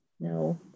No